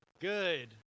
Good